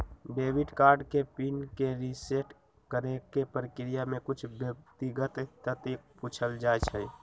debit card के PIN के reset करेके प्रक्रिया में कुछ व्यक्तिगत तथ्य पूछल जाइ छइ